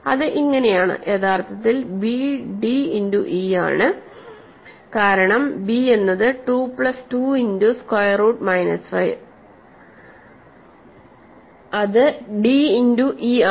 അത് അങ്ങിനെയാണ് യഥാർത്ഥത്തിൽ b d ഇന്റു e ആണ് കാരണം b എന്നത് 2 plus 2 into square root minus 5 അത് d ഇന്റു e ആണ്